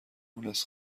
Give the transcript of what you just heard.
مونس